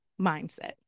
mindset